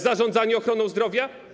Zarządzanie ochroną zdrowia?